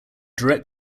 direct